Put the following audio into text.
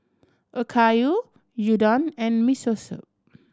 Okayu Gyudon and Miso Soup